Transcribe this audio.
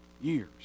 years